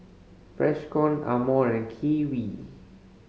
Freshkon Amore and Kiwi